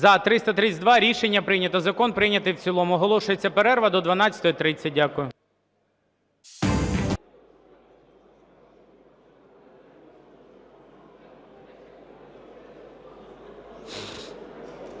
За-332 Рішення прийнято. Закон прийнятий в цілому. Оголошується перерва до 12:30. Дякую.